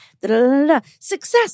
success